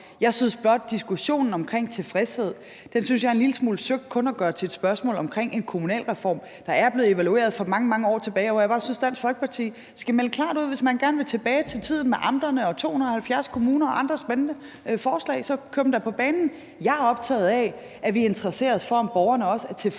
søgt kun at gøre diskussionen omkring tilfredshed til et spørgsmål om en kommunalreform, der er blevet evalueret for mange, mange år siden. Jeg synes bare, Dansk Folkeparti skal melde klart ud, hvis man gerne vil tilbage til tiden med amterne og 270 kommuner og andre spændende forslag – så kør dem da på banen. Jeg er optaget af, at vi interesserer os for, om borgerne også er tilfredse